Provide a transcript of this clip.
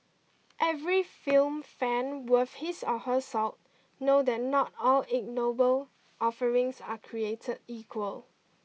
every film fan worth his or her salt know that not all ignoble offerings are created equal